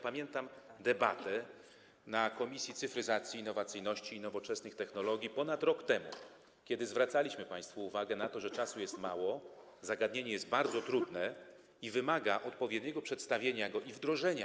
Pamiętam debatę na posiedzeniu Komisji Cyfryzacji, Innowacyjności i Nowoczesnych Technologii ponad rok temu, kiedy zwracaliśmy państwu uwagę na to, że czasu jest mało, zagadnienie jest bardzo trudne i sytuacja wymaga jego odpowiedniego przedstawienia i wdrożenia.